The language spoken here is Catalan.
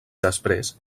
després